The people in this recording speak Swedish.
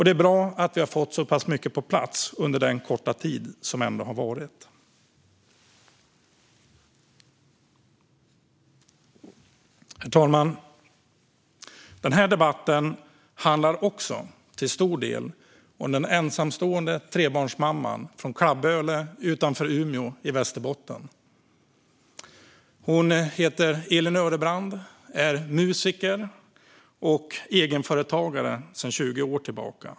Det är bra att vi har fått så pass mycket på plats under denna korta tid. Herr talman! Denna debatt handlar också till stor del om den ensamstående trebarnsmamman från Klabböle utanför Umeå i Västerbotten. Hon heter Elin Örebrand och är musiker och egenföretagare sedan 20 år tillbaka.